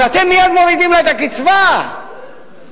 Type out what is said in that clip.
אז אתם מייד מורידים לה את הקצבה, מדוע?